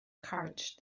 courage